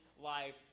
life